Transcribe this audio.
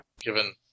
Given